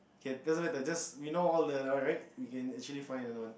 okay that doesn't just we know all that one right we can actually find another one